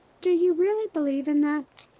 do you really believe in that?